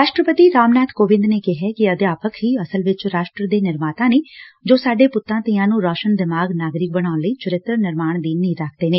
ਰਾਸ਼ਟਰਪਤੀ ਰਾਮਨਾਬ ਕੋਵਿੰਦ ਨੇ ਕਿਹੈ ਕਿ ਅਧਿਆਪਕ ਹੀ ਅਸਲ ਵਿਚ ਰਾਸ਼ਟਰ ਦੇ ਨਿਰਮਾਤਾ ਨੇ ਜੋ ਸਾਡੇ ਪੁੱਤਾਂ ਧੀਆਂ ਨੰ ਰੋਸ਼ਨ ਦਿਮਾਗ ਨਾਗਰਿਕ ਬਣਾਉਣ ਲਈ ਚਰਿੱਤਰ ਨਿਰਮਾਣ ਦੀ ਨੀਂਹ ਰੱਖਦੇ ਨੇ